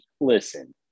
listen